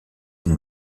une